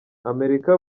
amerika